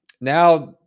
Now